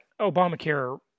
Obamacare